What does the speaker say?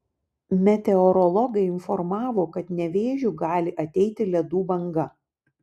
meteorologai informavo kad nevėžiu gali ateiti ledų banga